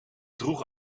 droeg